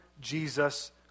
Jesus